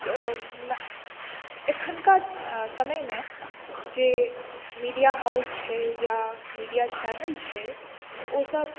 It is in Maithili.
तऽ एखनका समय मे जे मीडिया हाउस छै या मीडिया चैनल छै ओसब